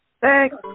Thanks